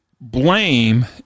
Blame